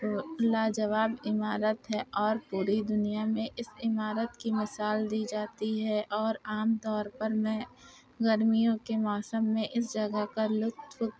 لاجواب عمارت ہے اور پوری دنیا میں اس عمارت کی مثال دی جاتی ہے اور عام طور پر میں گرمیوں کے موسم میں اس جگہ کا لطف